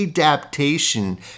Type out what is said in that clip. adaptation